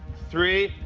three,